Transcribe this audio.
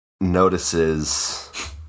notices